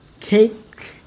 cake